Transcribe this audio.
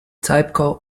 typical